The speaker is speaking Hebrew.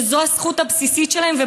והם לא איזה צדקה